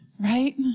right